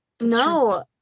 No